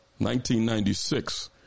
1996